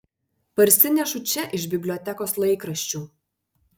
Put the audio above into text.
parsinešu čia iš bibliotekos laikraščių